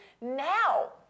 now